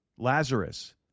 Lazarus